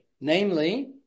namely